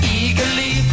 eagerly